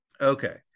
Okay